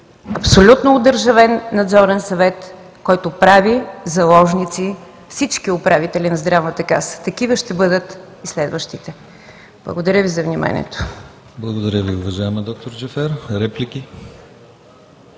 Абсолютно одържавен Надзорен съвет, който прави заложници всички управители на Здравната каса. Такива ще бъдат и следващите. Благодаря Ви за вниманието. ПРЕДСЕДАТЕЛ ДИМИТЪР ГЛАВЧЕВ: Благодаря Ви, уважаема д-р Джафер. Реплики?